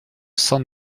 san